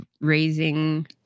raising